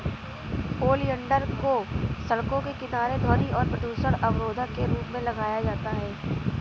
oleander को सड़कों के किनारे ध्वनि और प्रदूषण अवरोधक के रूप में लगाया जाता है